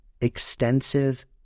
extensive